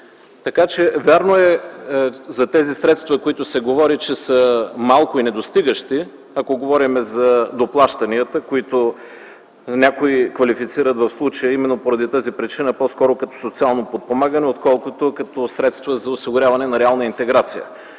Вярно е за тези средства, за които се говори, че са малко и недостигащи, ако говорим за доплащанията, които някои квалифицират в случая именно поради тази причина по-скоро като социално подпомагане, отколкото като средство за осигуряване на реална интеграция,